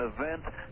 event